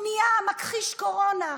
הוא נהיה מכחיש קורונה,